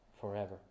forever